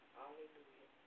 Hallelujah